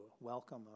welcome